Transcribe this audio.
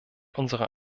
unserer